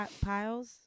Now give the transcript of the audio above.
piles